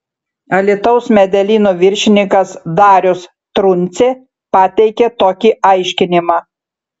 alytaus medelyno viršininkas darius truncė pateikė tokį aiškinimą